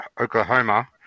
Oklahoma